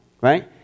right